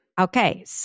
Okay